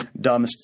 dumb